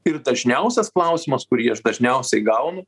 ir dažniausias klausimas kurį aš dažniausiai gaunu